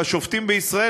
והשופטים בישראל,